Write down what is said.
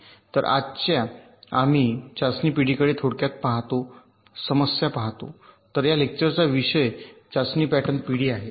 तर आज आम्ही चाचणी पिढीकडे थोडक्यात समस्या पाहतो तर या लेक्चरचा विषय चाचणी पॅटर्न पिढी आहे